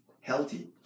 healthy